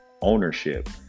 Ownership